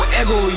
ego